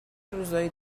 روزای